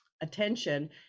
attention